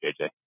JJ